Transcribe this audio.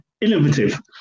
innovative